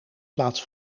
plaats